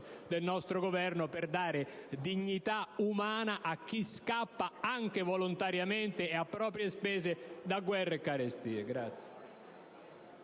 del nostro Governo per dare dignità umana a chi scappa, anche volontariamente e a proprie spese, da guerre e carestie.